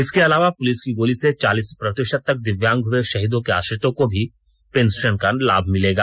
इसके अलावा पुलिस की गोली से चालीस प्रतिशत तक दिव्यांग हुए शहीद के आश्रितों को भी पेंशन का लाभ मिलेगा